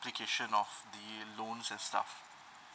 application of the loan and stuff